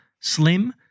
slim